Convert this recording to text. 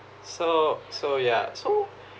so so ya so